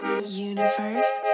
Universe